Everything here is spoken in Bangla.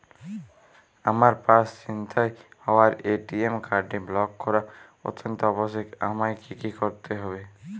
আমার পার্স ছিনতাই হওয়ায় এ.টি.এম কার্ডটি ব্লক করা অত্যন্ত আবশ্যিক আমায় কী কী করতে হবে?